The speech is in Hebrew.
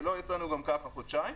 שלא יצאנו גם ככה חודשיים,